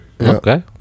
Okay